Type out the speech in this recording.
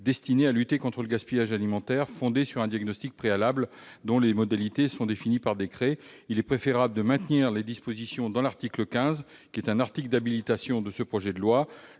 destiné à lutter contre le gaspillage alimentaire, fondé sur un diagnostic préalable dont les modalités sont définies par décret. Il est préférable de maintenir ces dispositions dans l'article 15, article d'habilitation de ce projet de loi.